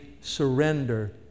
surrender